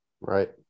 Right